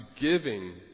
giving